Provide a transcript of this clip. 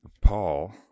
Paul